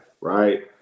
right